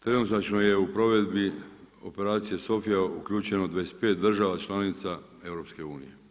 Trenutačno je u provedbi Operacije Sofija uključeno 25 država članica EU.